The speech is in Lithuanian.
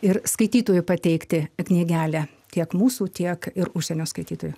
ir skaitytojų pateikti knygelę tiek mūsų tiek ir užsienio skaitytojų